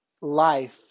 life